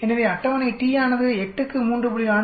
எனவே அட்டவணை t ஆனது 8 க்கு 3